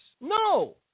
No